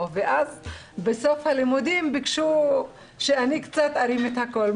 ואז בסוף הלימודים ביקשו שאני ארים קצת את הקול.